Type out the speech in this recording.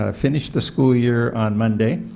ah finish the school year on monday,